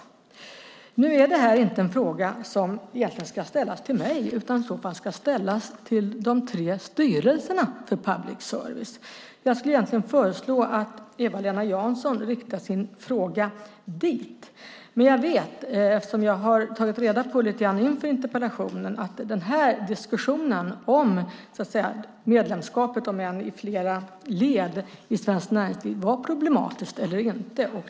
Det här är egentligen inte en fråga som ska ställas till mig utan till de tre styrelserna för public service. Jag skulle föreslå att Eva-Lena Jansson riktar sin fråga dit. Jag har inför interpellationsdebatten tagit reda på om medlemskapet, om än i flera led, i Svenskt Näringsliv var problematiskt eller inte.